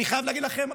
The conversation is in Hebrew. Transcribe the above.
אני חייב להגיד לכם,